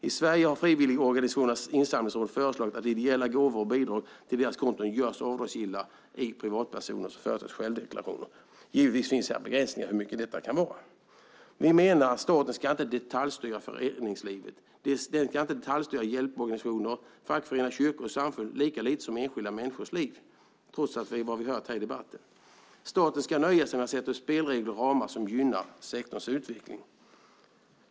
I Sverige har Frivilligorganisationernas insamlingsråd föreslagit att ideella gåvor och bidrag till deras konton görs avdragsgilla i privatpersoners och företags självdeklarationer. Givetvis finns det begränsningar för hur mycket detta kan vara. Vi menar att staten inte ska detaljstyra föreningslivet. Den ska inte detaljstyra hjälporganisationer, fackföreningar, kyrkor och samfund lika lite som enskilda människors liv, trots vad vi har hört här i debatten. Staten ska nöja sig med att sätta upp spelregler och ramar som gynnar sektorns utveckling.